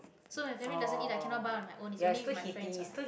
so my family doesn't eat i cannot buy on my own it's only with my friends [what]